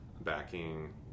backing